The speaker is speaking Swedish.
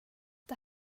det